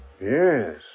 Yes